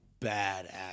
badass